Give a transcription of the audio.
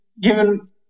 given